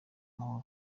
mahoro